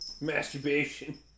Masturbation